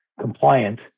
compliant